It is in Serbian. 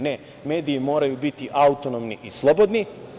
Ne, mediji moraju biti autonomni i slobodni.